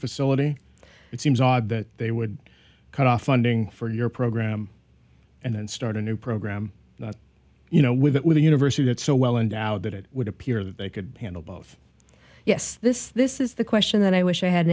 facility it seems odd that they would cut off funding for your program and then start a new program you know with a university that's so well endowed that it would appear that they could handle both yes this this is the question that i wish i had an